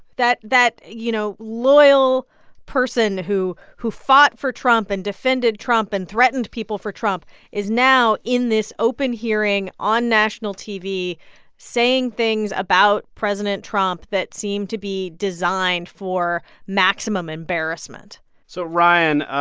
that, you know, loyal person who who fought for trump and defended trump and threatened people for trump is now in this open hearing on national tv saying things about president trump that seem to be designed for maximum embarrassment so ryan,